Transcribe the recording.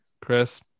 Chris